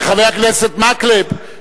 חבר הכנסת מקלב.